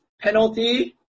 penalty